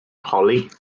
hollie